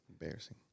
Embarrassing